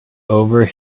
over